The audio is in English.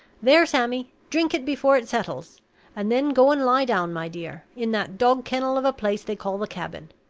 there, sammy! drink it before it settles and then go and lie down, my dear, in that dog-kennel of a place they call the cabin.